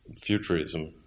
futurism